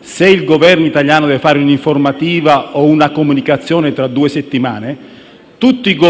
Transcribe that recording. se il Governo italiano debba rendere un'informativa o una comunicazione tra due settimane, tutti gli